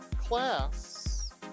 Class